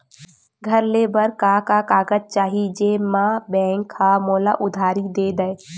घर ले बर का का कागज चाही जेम मा बैंक हा मोला उधारी दे दय?